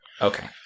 Okay